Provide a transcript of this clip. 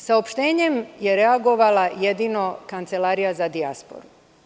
Saopštenjem je reagovala jedino Kancelarija za dijasporu.